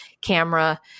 camera